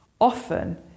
Often